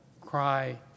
cry